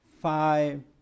five